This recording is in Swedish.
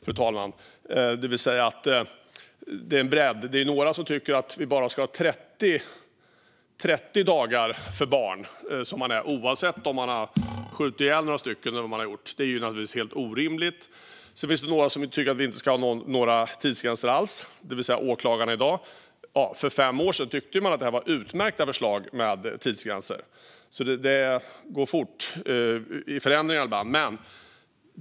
Vad jag menar är att det finns en bredd. Det är några som tycker att vi bara ska ha 30 dagar för barn, oavsett om de har skjutit ihjäl några stycken eller vad de har gjort. Det är naturligtvis helt orimligt. Sedan finns det några som tycker att vi inte ska ha några tidsgränser alls, det vill säga åklagarna i dag. För fem år sedan tyckte man att det var utmärkta förslag med tidsgränser. Det går fort i förändringarna ibland.